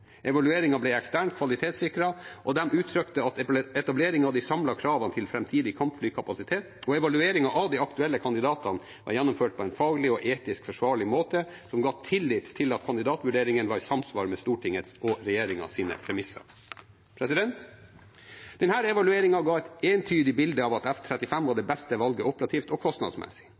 ble eksternt kvalitetssikret, og de uttrykte at etableringen av de samlede kravene til framtidig kampflykapasitet og evalueringen av de aktuelle kandidatene var gjennomført på en faglig og etisk forsvarlig måte som ga tillit til at kandidatvurderingen var i samsvar med Stortingets og regjeringens premisser. Denne evalueringen ga et entydig bilde av at F-35 var det beste valget operativt og kostnadsmessig.